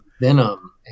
Venom